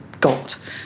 got